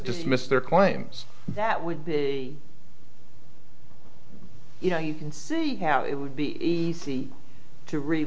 dismiss their claims that would be you know you can see how it would be easy to re